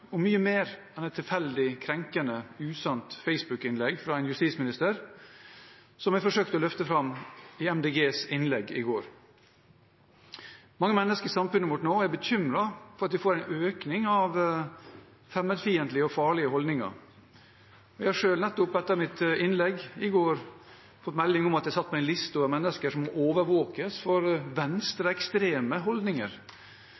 mye mer enn et tilfeldig, krenkende, usant Facebook-innlegg fra en justisminister, noe jeg forsøkte å løfte fram i Miljøpartiet De Grønnes innlegg i går. Mange mennesker i samfunnet vårt er nå bekymret for at vi får en økning av fremmedfiendtlige og farlige holdninger. Jeg har selv nettopp, etter mitt innlegg i går, fått melding om at jeg er satt på en liste over mennesker som overvåkes for